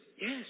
Yes